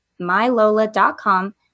mylola.com